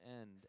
end